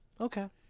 Okay